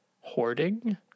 Hoarding